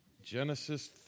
Genesis